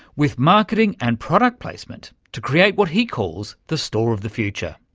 with marketing and product placement to create what he calls the store of the future.